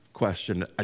question